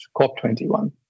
COP21